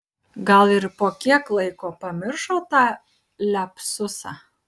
gal ir po kiek laiko pamiršo tą liapsusą